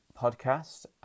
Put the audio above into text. podcast